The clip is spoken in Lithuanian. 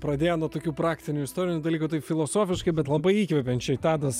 pradėję nuo tokių praktinių istorinių dalykų taip filosofiškai bet labai įkvepiančiai tadas